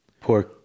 Poor